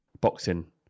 boxing